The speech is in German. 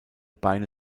beine